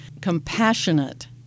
compassionate